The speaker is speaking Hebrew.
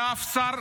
לא שמעתי מאף שר.